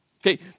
Okay